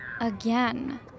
Again